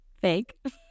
Fake